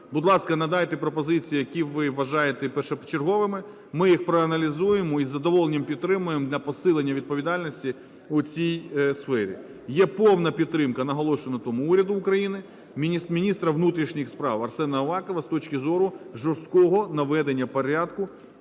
Будь ласка, надайте пропозиції, які ви вважаєте першочерговими, ми їх проаналізуємо, із задоволенням підтримаємо на посилення відповідальності у цій сфері. Є повна підтримка, наголошую на тому, уряду України, міністра внутрішніх справ Арсена Авакова з точки зору жорсткого наведення порядку